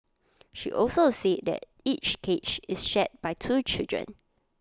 she also said that each cage is shared by two children